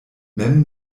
mem